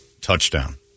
Touchdown